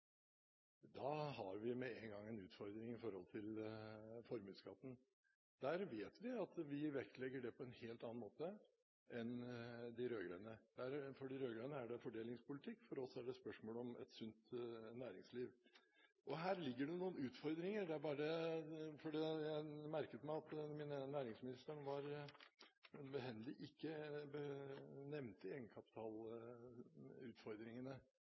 Da har vi med en gang en utfordring med hensyn til formuesskatten. Vi vet at vi vektlegger det på en helt annen måte enn de rød-grønne. For de rød-grønne er det fordelingspolitikk. For oss er det spørsmål om et sunt næringsliv. Og her ligger det noen utfordringer. Jeg merket meg at næringsministeren